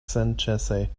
senĉese